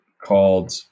called